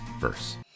verse